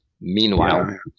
Meanwhile